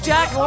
Jack